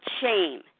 shame